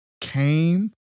came